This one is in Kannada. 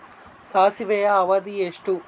ಸಾಸಿವೆಯ ಅವಧಿ ಎಷ್ಟು?